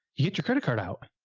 you get your credit card out.